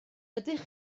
ydych